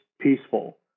peaceful